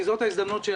כי זאת ההזדמנות שלי,